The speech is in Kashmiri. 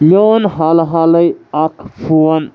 مےٚ اوٚن حال حالٕے اَکھ فون